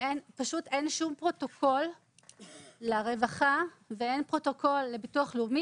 אין שום פרוטוקול לרווחה ואין פרוטוקול לביטוח לאומי